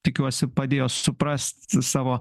tikiuosi padėjo suprast savo